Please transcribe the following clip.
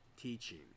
teaching